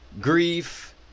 grief